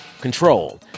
Control